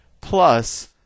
plus